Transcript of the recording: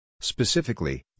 Specifically